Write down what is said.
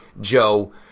Joe